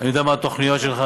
אני יודע מה התוכניות שלך,